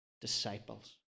disciples